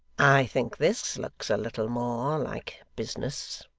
i think this looks a little more like business